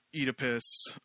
Oedipus